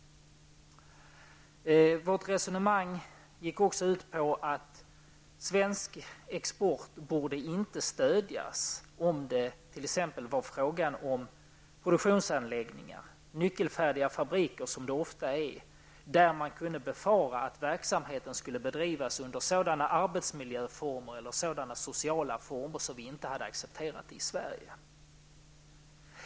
Vårt resonemang gick också ut på att svensk export inte borde stödjas, om det t.ex. var fråga om produktionsanläggningar -- nyckelfärdiga fabriker, som det ofta är -- där man kunde befara att verksamheten skulle bedrivas under sådana arbetsmiljöformer eller sådana sociala former att vi inte hade accepterat det i Sverige.